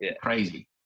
crazy